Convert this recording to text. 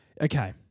Okay